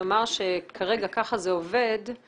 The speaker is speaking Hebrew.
לומר שכרגע ככה זה עובד,